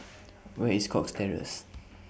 Where IS Cox Terrace